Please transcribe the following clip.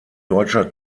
deutscher